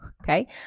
okay